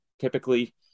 typically